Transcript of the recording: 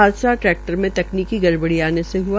हादसा ट्रैक्टर में तकनीकी गड़बड़ी से हआ